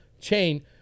chain